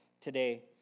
today